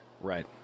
Right